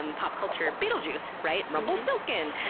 and pop culture, beetlejuice, right? rumpelstiltskin!